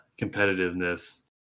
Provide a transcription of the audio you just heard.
competitiveness